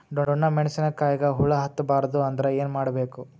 ಡೊಣ್ಣ ಮೆಣಸಿನ ಕಾಯಿಗ ಹುಳ ಹತ್ತ ಬಾರದು ಅಂದರ ಏನ ಮಾಡಬೇಕು?